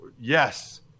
Yes